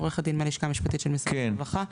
עורכת דין מהלשכה המשפטית של משרד הרווחה.